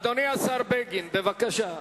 אדוני השר בגין, בבקשה.